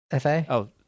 fa